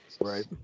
Right